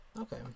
Okay